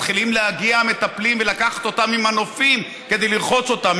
מתחילים להגיע המטפלים ולקחת אותם עם מנופים כדי לרחוץ אותם,